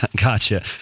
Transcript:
Gotcha